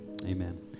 Amen